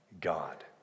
God